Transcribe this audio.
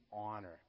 honor